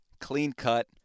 clean-cut